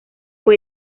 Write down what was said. fue